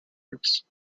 works